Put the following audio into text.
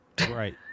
Right